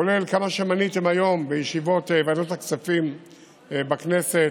כולל כמה שמניתם היום בישיבות ועדות הכספים בכנסת.